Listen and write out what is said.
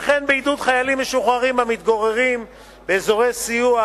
וכן עידוד חיילים משוחררים המתגוררים באזורי סיוע